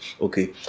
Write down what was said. okay